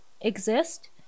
exist